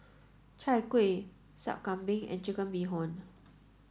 Chai Kuih Sup Kambing and chicken bee hoon